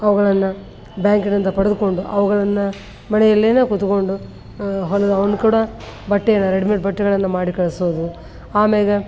ಅವುಗಳನ್ನು ಬ್ಯಾಂಕಿನಿಂದ ಪಡೆದುಕೊಂಡು ಅವುಗಳನ್ನು ಮನೆಯಲ್ಲೇ ಕೂತುಕೊಂಡು ಹೊಲಿಯೊ ಹೊಲ್ಕೊಡೊ ಬಟ್ಟೆಯನ್ನು ರೆಡಿಮೇಡ್ ಬಟ್ಟೆಗಳನ್ನು ಮಾಡಿ ಕಳಿಸೋದು ಆಮೇಗೆ